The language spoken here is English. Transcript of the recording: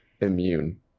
immune